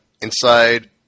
inside